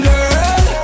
Girl